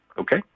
Okay